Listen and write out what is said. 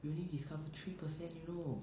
we only discovered three percent you know